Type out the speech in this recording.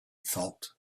thought